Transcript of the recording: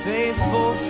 Faithful